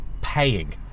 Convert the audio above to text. paying